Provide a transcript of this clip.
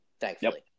thankfully